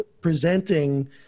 presenting